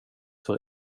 för